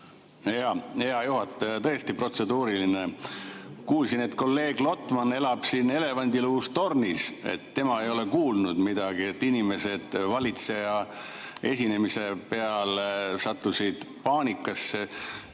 oli. Hea juhataja, tõesti, protseduuriline. Kuulsin, et kolleeg Lotman elab siin elevandiluust tornis. Tema ei ole kuulnud midagi, et inimesed valitseja esinemise peale sattusid paanikasse.